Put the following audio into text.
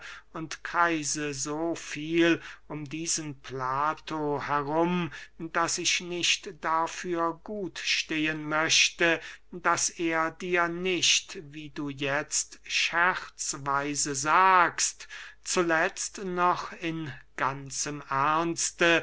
und kreise so viel um diesen plato herum daß ich nicht dafür gut stehen möchte daß er dir nicht wie du jetzt scherzweise sagst zuletzt noch in ganzem